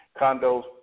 Condos